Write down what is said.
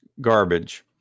garbage